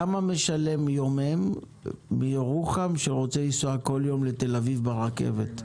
כמה משלם יומם מירוחם שרוצה לנסוע כל יום לתל אביב ברכבת,